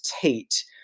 tate